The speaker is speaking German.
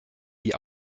die